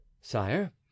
sire